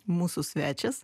mūsų svečias